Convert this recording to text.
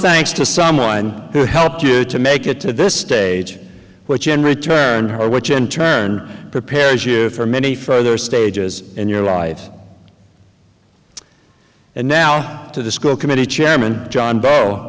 thanks to someone who helped you to make it to this stage which in return her which in turn prepares you for many further stages in your life and now to the school committee chairman john b